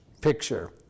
picture